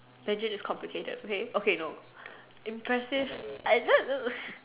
Mandarin is complicated okay okay no impressive I